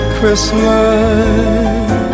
Christmas